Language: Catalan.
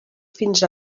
fins